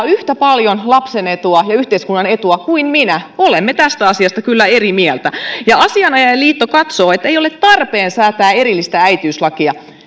yhtä paljon lapsen etua ja yhteiskunnan etua kuin minä olemme tästä asiasta kyllä eri mieltä ja asianajajaliitto katsoo että ei ole tarpeen säätää erillistä äitiyslakia